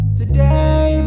today